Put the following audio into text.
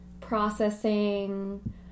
processing